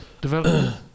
development